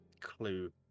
clue